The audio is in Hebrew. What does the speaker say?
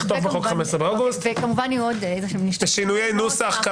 כמובן יהיו עוד שינויי נוסח.